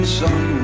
sun